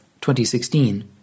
2016